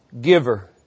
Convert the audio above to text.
giver